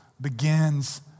Begins